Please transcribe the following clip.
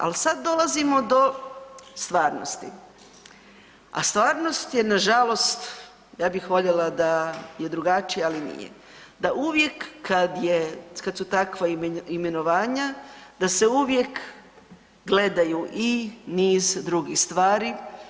Al sad dolazimo do stvarnosti, a stvarnost je nažalost, ja bih voljela da je drugačija, ali nije, da uvijek kad je, kad su takva imenovanja da se uvijek gledaju i niz drugih stvari.